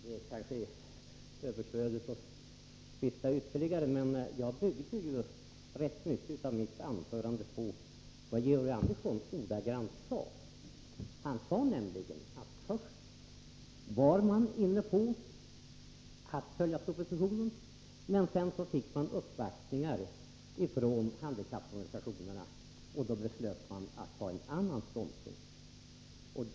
Herr talman! Det är kanske överflödigt att tvista ytterligare, men jag vill säga att jag byggde mycket av mitt anförande på vad Georg Andersson 123 ordagrant sade. Han sade nämligen att utskottet först var inne på att följa propositionen, men att man sedan fick uppvaktningar från handikapporganisationerna, och då beslöt man att inta en annan ståndpunkt.